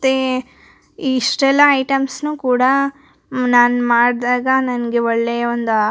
ಮತ್ತು ಇಷ್ಟೆಲ್ಲ ಐಟಮ್ಸ್ನೂ ಕೂಡ ನಾನು ಮಾಡಿದಾಗ ನನಗೆ ಒಳ್ಳೆಯ ಒಂದು